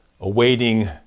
awaiting